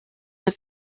that